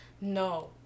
No